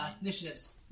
initiatives